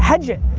hedge it,